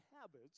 habits